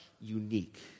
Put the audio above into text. unique